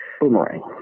Boomerang